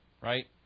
Right